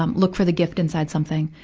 um look for the gift inside something.